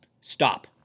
stop